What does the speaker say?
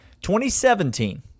2017